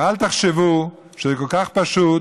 ואל תחשבו שזה כל כך פשוט